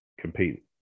compete